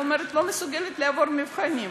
היא אמרה: לא מסוגלת לעבור מבחנים